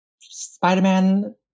Spider-Man